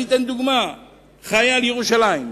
אני אתן דוגמה חיה על ירושלים.